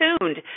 tuned